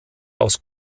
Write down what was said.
aus